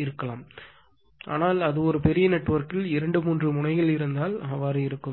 நடக்கலாம் ஆனால் அது ஒரு பெரிய நெட்வொர்க்கில் 2 3 முனைகள் இருந்தால் நடக்கலாம்